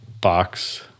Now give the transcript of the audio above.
box